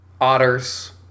otters